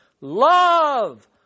Love